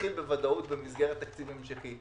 תתחיל בוודאות במסגרת תקציב המשכי.